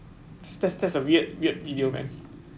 that's that's a weird weird video man